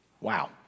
Wow